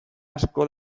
asko